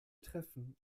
treffen